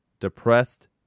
Depressed